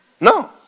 No